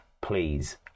Please